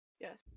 Yes